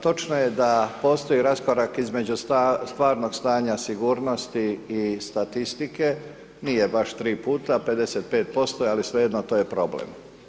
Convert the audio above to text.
Točno je da postoji raskorak između stvarnog stanja sigurnosti i statistike, nije baš tri puta, 55% je, ali svejedno, to je problem.